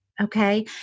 okay